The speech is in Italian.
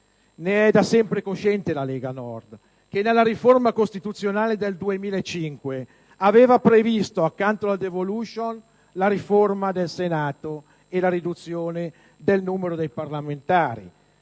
Ne è da sempre cosciente la Lega Nord, che nella riforma costituzionale del 2005 aveva previsto, accanto alla *devolution*, la riforma del Senato e la riduzione del numero dei parlamentari.